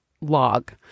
log